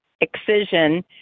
excision